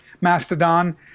Mastodon